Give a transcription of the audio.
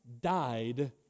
died